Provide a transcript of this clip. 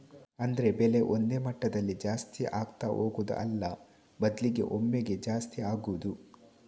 ಅಂದ್ರೆ ಬೆಲೆ ಒಂದೇ ಮಟ್ಟದಲ್ಲಿ ಜಾಸ್ತಿ ಆಗ್ತಾ ಹೋಗುದು ಅಲ್ಲ ಬದ್ಲಿಗೆ ಒಮ್ಮೆಗೇ ಜಾಸ್ತಿ ಆಗುದು